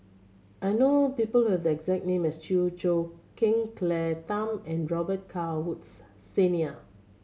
I know people who have the exact name as Chew Choo Keng Claire Tham and Robet Carr Woods Senior